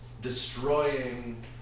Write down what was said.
destroying